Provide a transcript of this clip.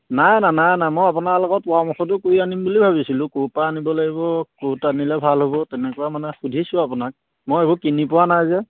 নাই আনা নাই আনা মই আপোনাৰ লগত পৰামৰ্শটো কৰি আনিম বুলি ভাবিছিলোঁ ক'ৰপা আনিব লাগিব ক'ত আনিলে ভাল হ'ব তেনেকুৱা মানে সুধিছোঁ আপোনাক মই এইবোৰ কিনি পোৱা নাই যে